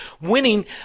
winning